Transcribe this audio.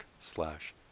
slash